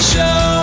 Show